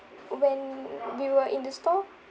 when we were in the store